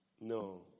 No